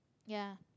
ya